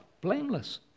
blameless